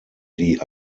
die